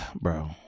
Bro